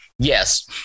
Yes